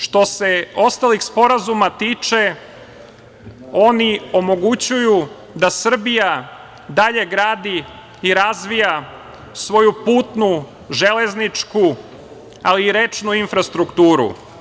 Što se ostalih sporazuma tiče, oni omogućuju da Srbija dalje gradi i razvija svoju putnu železničku, ali i rečnu infrastrukturu.